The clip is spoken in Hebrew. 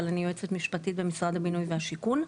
אני יועצת משפטית במשרד השיכון והבינוי.